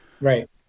Right